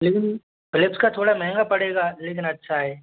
लेकिन फ़िलिप्स का थोड़ा महंगा पड़ेगा लेकिन अच्छा है